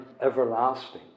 Everlasting